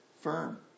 firm